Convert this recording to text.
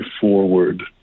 forward